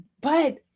but-